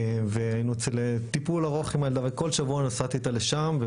והיינו בטיפול ארוך עם הילדה וכל שבוע נסעתי איתה לשם.